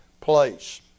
place